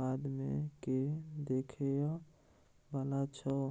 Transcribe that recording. बादमे के देखय बला छौ?